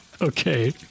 okay